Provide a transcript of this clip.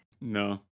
No